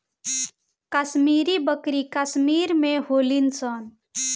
कश्मीरी बकरी कश्मीर में होली सन